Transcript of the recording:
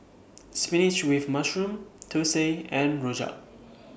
Spinach with Mushroom Thosai and Rojak